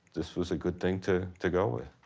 this was a good thing to to go with.